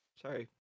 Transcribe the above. Sorry